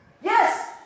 Yes